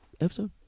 episode